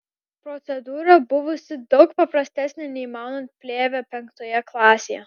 procedūra buvusi daug paprastesnė nei maunant plėvę penktoje klasėje